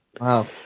Wow